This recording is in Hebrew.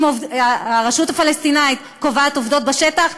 אם הרשות הפלסטינית קובעת עובדות בשטח,